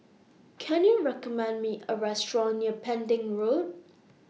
Can YOU recommend Me A Restaurant near Pending Road